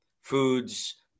foods